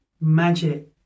magic